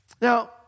Now